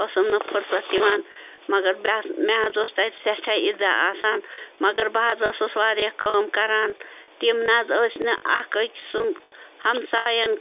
ٲسٕم نہٕ فرسَت یِوان مگر مےٚ حظ اوس تَتہِ سٮ۪ٹھاہ اِزاہ آسان مگر بہٕ حظ ٲسٕس واریاہ کٲم کَران تِم نَہ حظ ٲسۍ نہٕ اَکھ أکۍ سُنٛد ہمسایَن